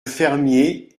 fermier